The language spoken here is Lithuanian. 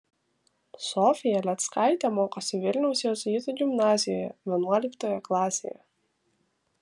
sofija lėckaitė mokosi vilniaus jėzuitų gimnazijoje vienuoliktoje klasėje